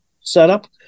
setup